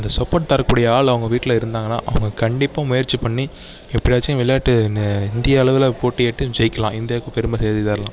இந்த சப்போர்ட் தரக்கூடிய ஆள் அவங்க வீட்டில் இருந்தாங்கன்னால் அவங்க கண்டிப்பாக முயற்சி பண்ணி எப்படியாச்சும் விளையாட்டுன்னு இந்திய அளவில் போட்டியிட்டு ஜெயிக்கலாம் இந்தியாவுக்கு பெருமை சேர்த்து தரலாம்